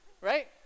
right